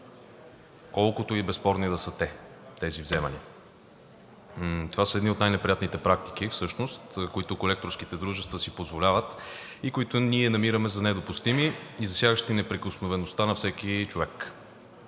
колкото безспорни да са тези вземания. Това са едни от най-неприятните практики, които колекторските дружества си позволяват и които ние намираме за недопустими и засягащи неприкосновеността на всеки човек.